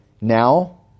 Now